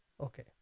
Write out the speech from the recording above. okay